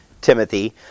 Timothy